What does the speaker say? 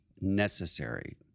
necessary